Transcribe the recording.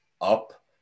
up